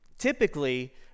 typically